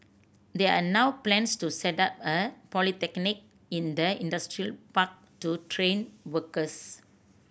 there are now plans to set up a polytechnic in the industrial park to train workers